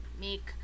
make